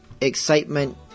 excitement